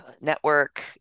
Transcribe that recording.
network